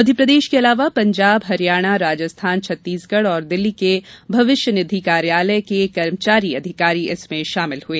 मध्यप्रदेश के अलावा पंजाब हरियाणा राजस्थान छत्तीसगढ़ और दिल्ली के भविष्य निधि कार्यालयों के कर्मचारी अधिकारी इसमें शामिल हुए